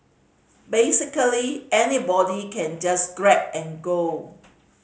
basically anybody can just grab and go